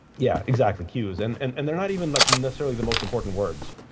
yeah exactly, queues. and and and they're not even like necessarily the most important words.